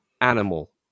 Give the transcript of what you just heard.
animal